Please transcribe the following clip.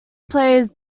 plays